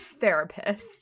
therapist